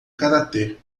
karatê